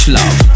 love